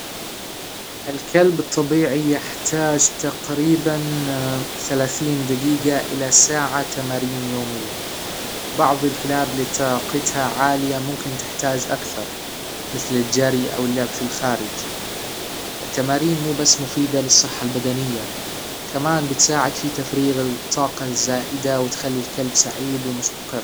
الكلب الطبيعى يحتاج تقريبا ثلاثين دجيجه إلى ساعه تمارين يوميا بعض الكلاب إللى طاقتها عاليه ممكن تحتاج أكثر مثل الجرى أو اللعب فى الخارج التمارين مو بس مفيده للصحه البدنيه كمان بتساعد فى تفريغ الطاقه الزائده وتخلى الكلب سعيد و مستقر